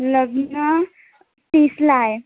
लग्न तीसला आहे